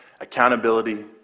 Accountability